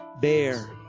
bear